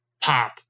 pop